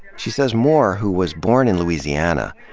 she says moore, who was born in louisiana,